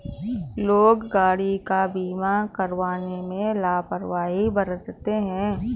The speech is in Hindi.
लोग गाड़ी का बीमा करवाने में लापरवाही बरतते हैं